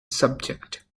subject